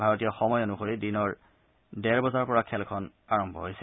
ভাৰতীয় সময় অনুসৰি দিনৰ ডেৰ বজাৰ পৰা খেলখন আৰম্ভ হৈছে